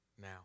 now